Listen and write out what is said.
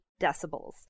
decibels